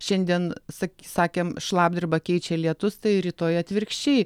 šiandien sak sakėm šlapdribą keičia lietus tai rytoj atvirkščiai